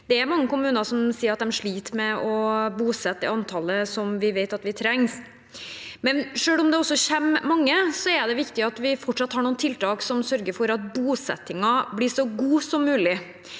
mange kommuner som sier at de sliter med å bosette det antallet som vi vet at vi trenger, og selv om det kommer mange, er det viktig at vi fortsatt har noen tiltak som sørger for at bosettingen blir så god som mulig.